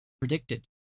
predicted